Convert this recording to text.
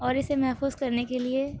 اور اسے محفوظ کرنے کے لیے